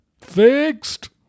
fixed